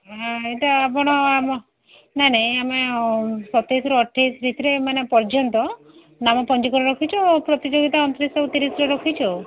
ହଁ ଏଇଟା ଆପଣ ଆମ ନାଇଁ ନାଇଁ ଆମେ ସତେଇଶରୁୁ ଅଠେଇଶ ଭିତରେ ମାନେ ପର୍ଯ୍ୟନ୍ତ ନାମ ପଞ୍ଜୀକରଣ ରଖିଛୁ ଆଉ ପ୍ରତିଯୋଗିତା ଅଣତିରିଶରୁ ତିରିଶରେ ରଖିଛୁ ଆଉ